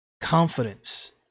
confidence